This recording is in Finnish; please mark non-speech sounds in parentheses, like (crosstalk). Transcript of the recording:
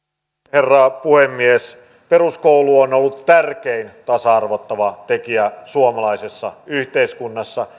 herra puhemies peruskoulu on ollut tärkein tasa arvottava tekijä suomalaisessa yhteiskunnassa (unintelligible)